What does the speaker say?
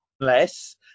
less